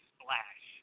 Splash